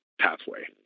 pathway